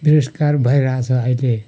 बेरोजगार भइरहेछ अहिले